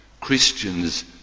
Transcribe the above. Christians